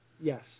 Yes